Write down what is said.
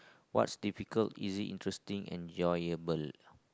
what's difficult is it interesting and enjoyable